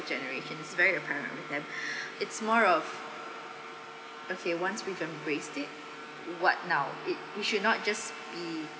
generations very apparent with them it's more of okay once we've embraced it what now it it should not just be